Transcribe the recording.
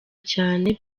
cyane